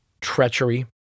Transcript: treachery